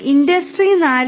industry 4